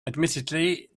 admittedly